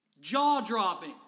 Jaw-dropping